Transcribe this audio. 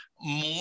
more